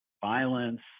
violence